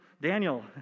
Daniel